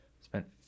spent